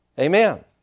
Amen